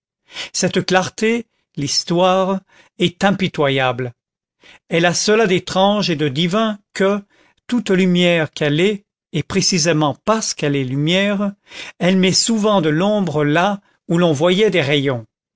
cette clarté l'histoire est impitoyable elle a cela d'étrange et de divin que toute lumière qu'elle est et précisément parce qu'elle est lumière elle met souvent de l'ombre là où l'on voyait des rayons